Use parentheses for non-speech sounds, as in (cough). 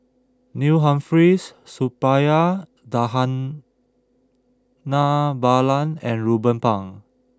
Neil Humphreys Suppiah Dhanabalan (hesitation) and Ruben Pang